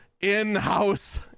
in-house